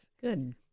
Good